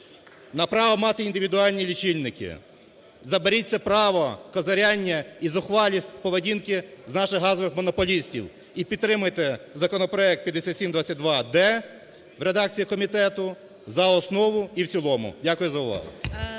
на право мати індивідуальні лічильники. Заберіть це право козиряння і зухвалість поведінки в наших газових монополістів і підтримайте законопроект 5722-д в редакції комітету за основу і в цілому. Дякую за увагу.